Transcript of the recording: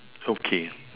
okay